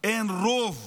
אין רוב